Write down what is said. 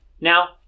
Now